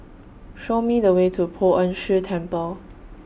Show Me The Way to Poh Ern Shih Temple